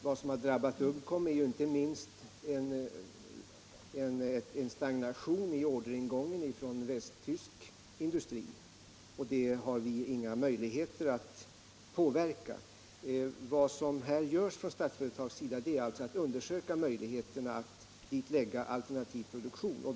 Vad som har drabbat Uddcomb är inte minst en stagnation i orderingången från västtysk industri, och de har vi inga möjligheter att påverka. Vad Statsföretag gör är alltså att man undersöker möjligheterna att till Uddcomb förlägga alternativ produktion.